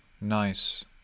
nice